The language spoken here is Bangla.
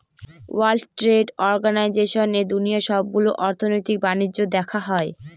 ওয়ার্ল্ড ট্রেড অর্গানাইজেশনে দুনিয়ার সবগুলো অর্থনৈতিক বাণিজ্য দেখা হয়